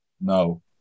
No